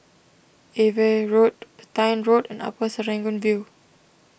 Ava Road Petain Road and Upper Serangoon View